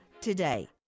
today